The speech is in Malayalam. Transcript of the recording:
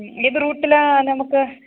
ഏത് റൂട്ടിലാണ് നമുക്ക്